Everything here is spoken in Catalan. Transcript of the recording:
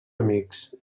amics